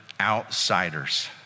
outsiders